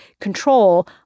control